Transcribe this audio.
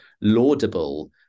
laudable